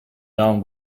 down